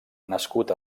nascut